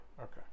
okay